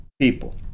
people